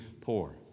poor